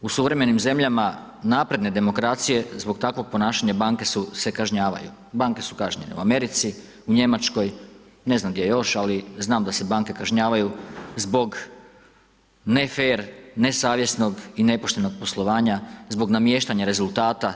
U suvremenim zemljama napredne demokracije zbog takvog ponašanja banke se kažnjavaju, banke su kažnjene u Americi, u Njemačkoj, ne znam gdje još ali znam da se banke kažnjavaju zbog ne fer, ne savjesnog i nepoštenog poslovanja, zbog namještanja rezultata.